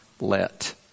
let